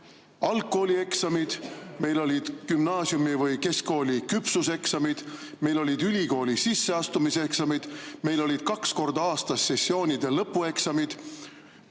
algkoolieksamid, meil olid gümnaasiumi või keskkooli küpsuseksamid, meil olid ülikooli sisseastumiseksamid, meil olid kaks korda aastas sessioonide lõpueksamid.